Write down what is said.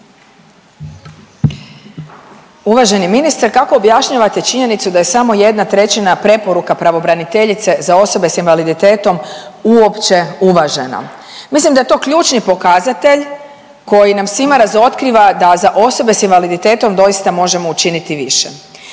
Uvaženi ministre kako objašnjavate činjenicu da je samo 1/3 preporuka pravobraniteljice za osobe s invaliditetom uopće uvažena. Mislim da je to ključni pokazatelj koji nam svima razotkriva da za osobe s invaliditetom doista možemo učiniti više.